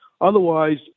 otherwise